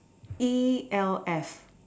E L S